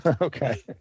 okay